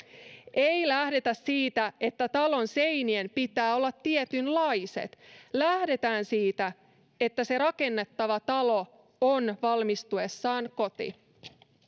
ei lähdetä siitä että talon seinien pitää olla tietynlaiset lähdetään siitä että se rakennettava talo on valmistuessaan koti